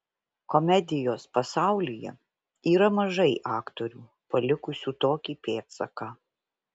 komedijos pasaulyje yra mažai aktorių palikusių tokį pėdsaką